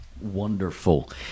Wonderful